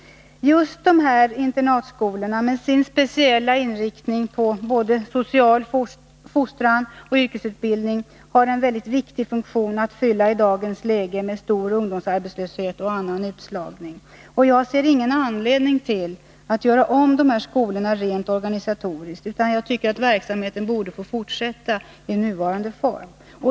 Just dessa internatskolor, med sin speciella inriktning på både social fostran och yrkesutbildning, har en mycket viktig funktion att fylla i dagens läge med stor ungdomsarbetslöshet och annan utslagning. Jag ser ingen anledning till att dessa skolor görs om rent organisatoriskt, utan jag tycker att verksamheten borde få fortsätta i nuvarande form.